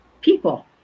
People